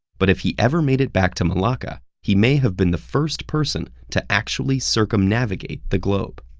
but if he ever made it back to malacca, he may have been the first person to actually circumnavigate the globe.